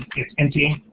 it's empty.